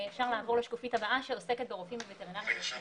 השקופית הבאה עוסקת ברופאים הווטרינרים הרשותיים.